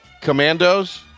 Commandos